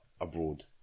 abroad